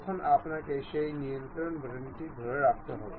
এখন আমরা এই ইন্সার্ট উপাদানে যাব